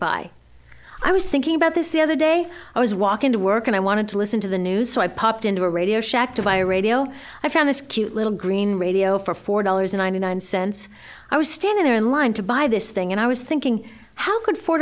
buy i was thinking about this the other day i was walking to work and i wanted to listen to the news so i popped into a radio shack to buy a radio i found this cute little green radio for four dollars ninety nine cents i was standing there in line to buy this thing and i was thinking how could four